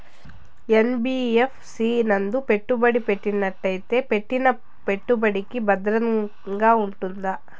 NBFC నందు పెట్టుబడి పెట్టినట్టయితే పెట్టిన పెట్టుబడికి భద్రంగా ఉంటుందా?